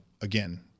again